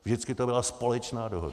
Vždycky to byla společná dohoda.